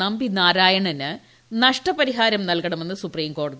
നമ്പി നാരായണന് നഷ്ടപരിഹാരം നൽകണമെന്ന് സുപ്രീംകോടതി